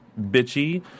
bitchy